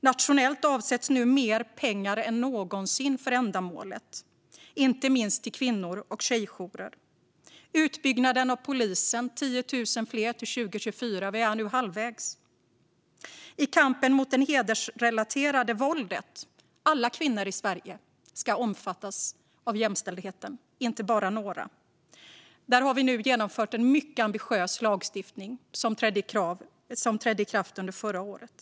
Nationellt avsätts nu mer pengar än någonsin för ändamålet, inte minst till kvinno och tjejjourer, till utbyggnaden av polisen med 10 000 fler till 2024, nu halvvägs, och till kampen mot det hedersrelaterade våldet. Alla kvinnor i Sverige ska omfattas av jämställdheten, inte bara några. Vi har genomfört en mycket ambitiös lagstiftning som trädde i kraft under förra året.